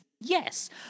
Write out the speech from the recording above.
Yes